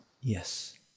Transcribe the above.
Yes